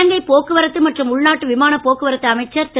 இலங்கை போக்குவரத்து மற்றும் உள்நாட்டு விமானப் போக்குவரத்து அமைச்சர் திரு